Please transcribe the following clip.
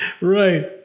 Right